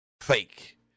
fake